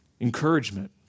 encouragement